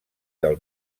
del